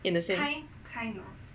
in the same